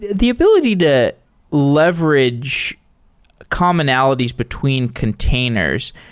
the ability to leverage commonalities between containers,